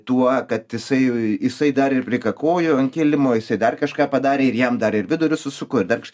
tuo kad jisai jisai dar ir prikakojo ant kilimo jisai dar kažką padarė ir jam dar ir vidurius susuko ir dar